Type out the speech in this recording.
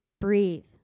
breathe